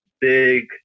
big